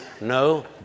no